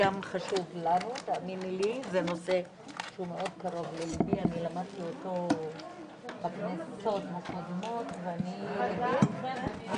14:16.